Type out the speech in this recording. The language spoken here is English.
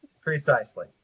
Precisely